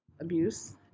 abuse